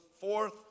fourth